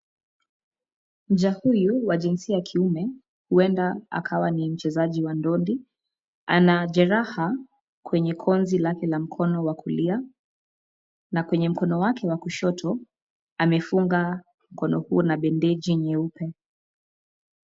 Mja huyu wa jinsia ya kiume , huenda akawa ni mchezaji wa ndondi. Ana jeraha kwenye konzi lake la mkono wa kulia na kwenye mkono wake wa kushoto, amefunga mkono huo na bandeji nyeupe.